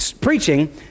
Preaching